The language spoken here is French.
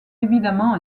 évidemment